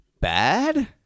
bad